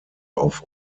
auf